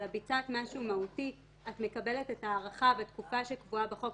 אלא ביצעת משהו מהותי את מקבלת את ההארכה לתקופה שקבועה בחוק,